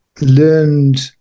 learned